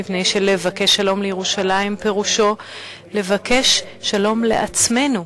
מפני שלבקש שלום לירושלים פירושו לבקש שלום לעצמנו,